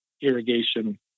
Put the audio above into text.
irrigation